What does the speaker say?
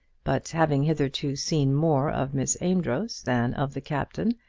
but having hitherto seen more of miss amedroz than of the captain,